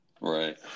Right